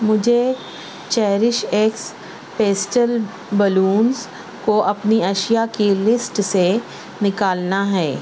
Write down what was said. مجھے cherish X pastel balloons کو اپنی اشیا کی لسٹ سے نکالنا ہے